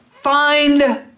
find